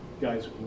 Guys